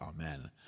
Amen